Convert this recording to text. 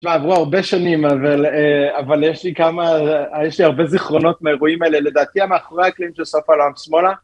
עברו הרבה שנים אבל, אבל יש לי כמה, יש לי הרבה זיכרונות מאירועים אלה, לדעתי המאחורי הקלעים של סוף העולם שמאלה...